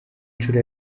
nshuro